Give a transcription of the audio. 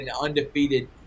undefeated